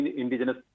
indigenous